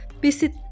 visit